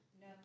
No